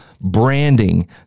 branding